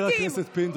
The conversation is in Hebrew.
חבר הכנסת פינדרוס.